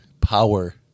Power